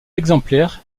exemplaire